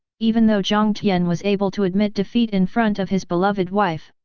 even though jiang tian was able to admit defeat in front of his beloved wife,